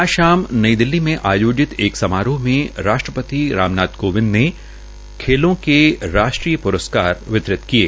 आज शाम नई दिल्ली में आयोजित एक समारोह में राष्ट्रपति राम नाथ कोविंद ने खेलों के राष्ट्रीय प्रस्कार वितरित किये